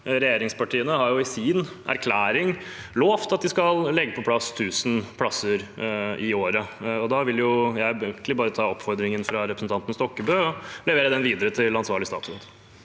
Regjeringspartiene har i sin erklæring lovt at de skal få på plass 1 000 plasser i året, og da vil jeg egentlig bare ta oppfordringen fra representanten Stokkebø og levere den videre til ansvarlig statsråd.